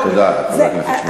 תודה, חבר הכנסת שמולי.